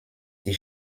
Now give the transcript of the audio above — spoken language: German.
die